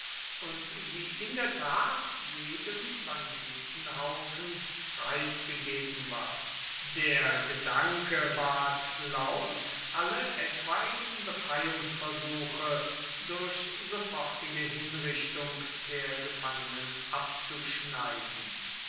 und sie in der tat jedem banditenhaufen preisgegeben war der gedanke ward laut eile etwaigen befreiungsversuche durch sofortige hinrichtung der gefangenen abzuschneiden